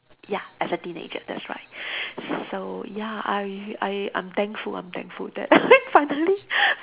ya as a teenager that's right so ya I I I'm thankful I'm thankful that finally